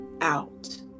out